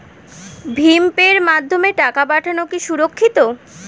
ভিম পের মাধ্যমে টাকা পাঠানো কি সুরক্ষিত?